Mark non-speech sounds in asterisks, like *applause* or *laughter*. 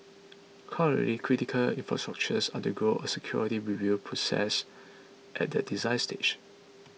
*noise* currently critical infrastructures undergo a security review process at the design stage